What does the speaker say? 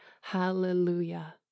hallelujah